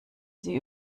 sie